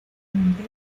fuente